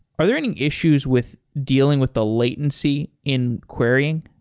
are there any issues with dealing with the latency in querying?